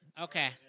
Okay